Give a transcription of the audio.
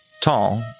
tall